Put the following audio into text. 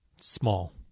Small